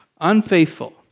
unfaithful